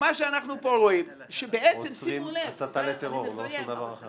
זה לא קשור לדעות והעמדות.